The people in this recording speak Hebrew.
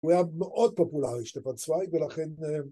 הוא היה מאוד פופולרי, שטפן צווייג, ולכן...